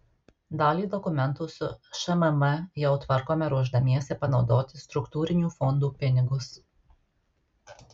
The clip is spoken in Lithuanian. dalį dokumentų su šmm jau tvarkome ruošdamiesi panaudoti struktūrinių fondų pinigus